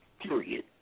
Period